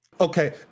okay